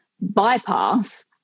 bypass